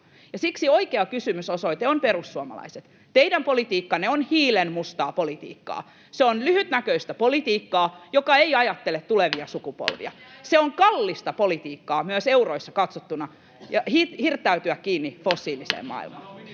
siksi oikea kysymysosoite on perussuomalaiset. Teidän politiikkanne on hiilenmustaa politiikkaa. Se on lyhytnäköistä politiikkaa, joka ei ajattele tulevia sukupolvia. On kallista politiikkaa, myös euroissa katsottuna, hirttäytyä kiinni